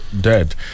dead